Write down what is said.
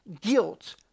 guilt